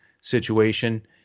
situation